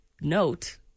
note